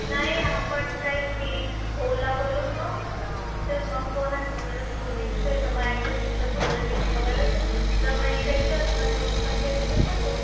नाही आपण काहीतरी ओला करून जाऊ तर मग कोणाजवळ स्कूटी असेल तर मग ॲडजस्ट होतो असं प्रत्येकाजवळ असेल तर मग एका ह्याच्यावर आपण दोन पण गेलो तर चालेल